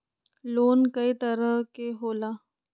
Loan कय तरह के होला?